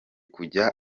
kujya